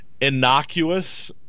innocuous